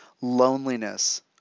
Loneliness